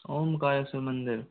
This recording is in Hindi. ओमकार शिव मंदिर